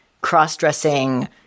cross-dressing